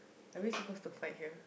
are we supposed to fight here